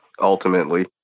ultimately